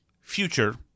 future